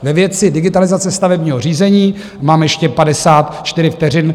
Ve věci digitalizace stavebního řízení, mám ještě 54 vteřin.